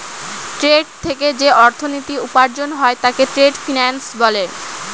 trade থেকে যে অর্থনীতি উপার্জন হয় তাকে ট্রেড ফিন্যান্স বলে